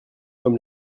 comme